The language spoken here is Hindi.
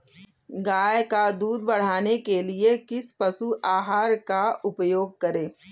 गाय का दूध बढ़ाने के लिए किस पशु आहार का उपयोग करें?